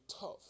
tough